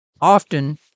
Often